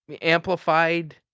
amplified